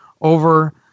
over